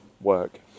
work